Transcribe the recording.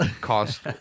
cost